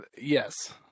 Yes